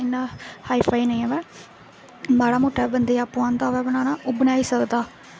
बड़ा hi fi नेईं आवै माड़ा मुट्टा बंदे गी औंदा होऐ बनाना ओह् बनाई सकदा